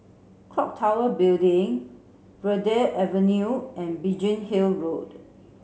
Clock Tower Building Verde Avenue and Biggin Hill Road